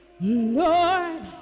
Lord